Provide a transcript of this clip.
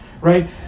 right